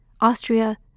Austria